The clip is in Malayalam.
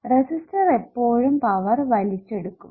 റെസിസ്റ്റർ എപ്പോഴും പവർ വലിച്ചെടുക്കും